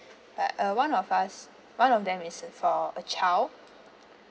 but uh one of us one of them is is for a child